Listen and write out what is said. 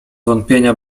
wątpienia